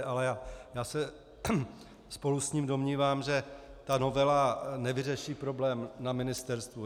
Ale já se spolu s ním domnívám, že ta novela nevyřeší problém na ministerstvu.